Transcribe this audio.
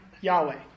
Yahweh